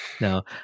no